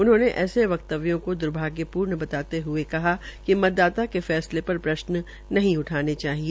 उन्होंने ऐसे वक्तव्यों को दूर्भाग्यपूर्ण बताते है कि मतदाता के फैसले पर प्रश्न उठाने चाहिए